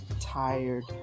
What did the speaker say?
tired